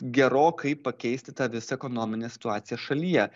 gerokai pakeisti tą visą ekonominę situaciją šalyje